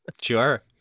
Sure